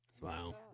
Wow